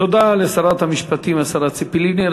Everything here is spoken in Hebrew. תודה לשרת המשפטים, השרה ציפי לבני.